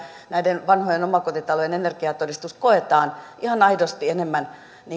näiden vanhojen omakotitalojen energiatodistus koetaan ihan aidosti enemmän